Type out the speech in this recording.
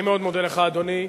אני מאוד מודה לך, אדוני.